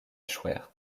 échouèrent